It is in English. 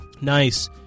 Nice